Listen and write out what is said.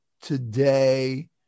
today